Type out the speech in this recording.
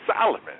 Solomon